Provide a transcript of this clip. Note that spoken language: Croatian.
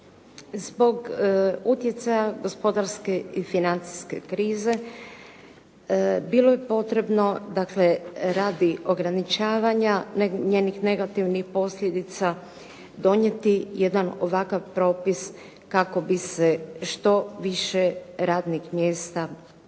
Zbog utjecaja gospodarske i financijske krize bilo je potrebno dakle radi ograničavanja njenih negativnih posljedica donijeti jedan ovakav propis kako bi se što više radnih mjesta uspjelo